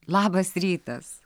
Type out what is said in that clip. labas rytas